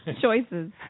choices